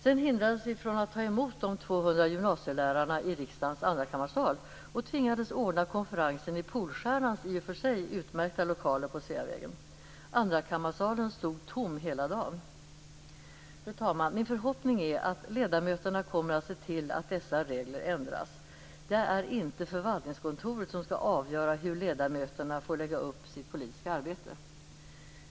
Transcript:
Sedan hindrades vi från att ta emot de 200 gymnasielärarna i riksdagens andrakammarsal och tvingades ordna konferensen i Polstjärnans i och för sig utmärkta lokaler på Sveavägen. Andrakammarsalen stod tom hela dagen. Fru talman! Min förhoppning är att ledamöterna kommer att se till att dessa regler ändras. Det är inte förvaltningskontoret som skall avgöra hur ledamöterna får lägga upp sitt politiska arbete.